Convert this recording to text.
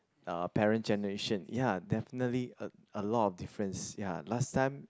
uh parent generation ya definitely a a lot of difference ya last time